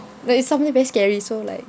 that is something very scary so like ya